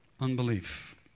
Unbelief